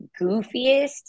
goofiest